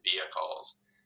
vehicles